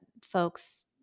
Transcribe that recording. folks –